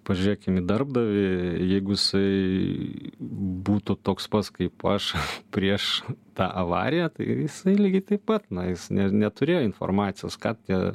pažiūrėkim į darbdavį jeigu jisai būtų toks pats kaip aš prieš tą avariją ir jisai lygiai taip pat na jis ne neturėjo informacijos ką tie